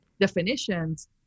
definitions